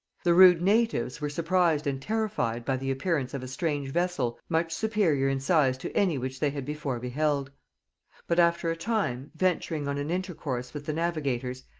the rude natives were surprised and terrified by the appearance of a strange vessel much superior in size to any which they had before beheld but after a time, venturing on an intercourse with the navigators,